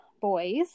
boys